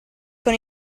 con